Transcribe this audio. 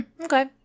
Okay